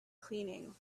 cleaning